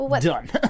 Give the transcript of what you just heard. Done